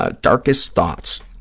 ah darkest thoughts.